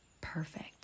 Perfect